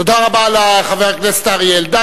תודה רבה לחבר הכנסת אריה אלדד.